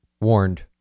warned